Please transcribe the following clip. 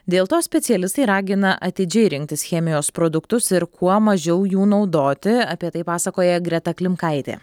dėl to specialistai ragina atidžiai rinktis chemijos produktus ir kuo mažiau jų naudoti apie tai pasakoja greta klimkaitė